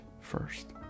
first